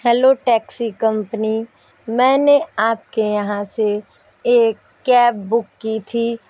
hello taxi company मैंने आपके यहाँ से एक कैब बुक की थी